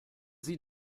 sie